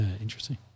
Interesting